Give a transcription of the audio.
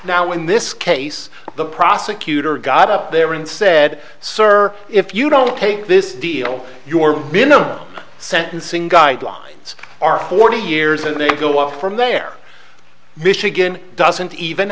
now in this case the prosecutor got up there and said sir if you don't take this deal your minimum sentencing guidelines are forty years and you go up from there michigan doesn't even